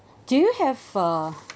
do you have a